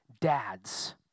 dads